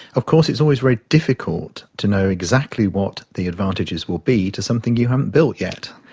of course it's always very difficult to know exactly what the advantages will be to something you haven't built yet.